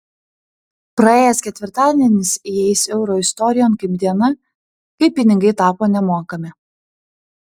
praėjęs ketvirtadienis įeis euro istorijon kaip diena kai pinigai tapo nemokami